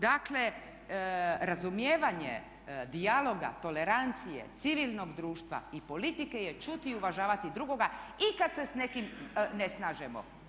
Dakle, razumijevanje dijaloga, tolerancije, civilnog društva i politike je čuti i uvažavati drugoga i kad se s nekim ne slažemo.